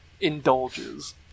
indulges